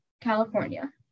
California